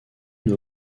une